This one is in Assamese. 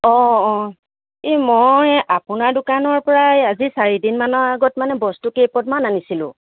অঁ অঁ এই মই আপোনাৰ দোকানৰ পৰা এই আজি চাৰিদিনমানৰ আগত মানে বস্তু কেইপদমান আনিছিলোঁ